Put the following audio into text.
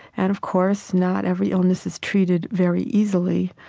and of course, not every illness is treated very easily,